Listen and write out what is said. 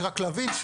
רק להבין,